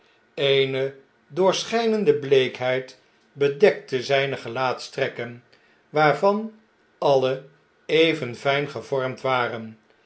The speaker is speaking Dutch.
eene doorschijnende bleekheidbedektezgne gelaatstrekken waarvan alle even fijn gevormd waren